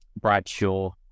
Bradshaw